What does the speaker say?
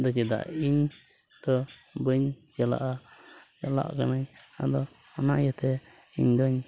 ᱫᱚ ᱪᱮᱫᱟᱜ ᱤᱧᱫᱚ ᱵᱟᱹᱧ ᱪᱟᱞᱟᱜᱼᱟ ᱪᱟᱞᱟᱜ ᱠᱟᱹᱱᱟᱹᱧ ᱟᱫᱚ ᱚᱱᱟ ᱤᱭᱟᱹᱛᱮ ᱤᱧ ᱫᱚᱧ